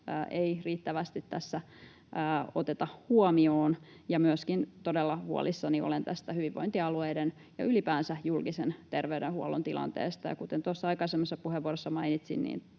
ei riittävästi tässä oteta huomioon. Myöskin todella huolissani olen tästä hyvinvointialueiden ja ylipäänsä julkisen terveydenhuollon tilanteesta. Kuten tuossa aikaisemmassa puheenvuorossa mainitsin,